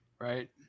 right